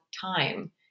time